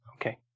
Okay